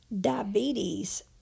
diabetes